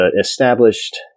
established